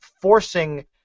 forcing